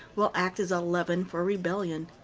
will act as a leaven for rebellion.